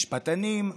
משפטנים,